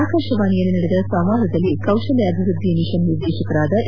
ಆಕಾಶವಾಣಿಯಲ್ಲಿ ನಡೆದ ಸಂವಾದದಲ್ಲಿ ಕೌಶಲ್ವ ಅಭಿವೃದ್ದಿ ಮಿಷನ್ ನಿರ್ದೇತಕರಾದ ಎ